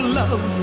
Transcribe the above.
love